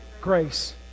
grace